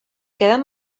queden